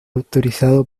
autorizado